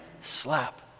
slap